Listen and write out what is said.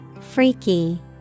Freaky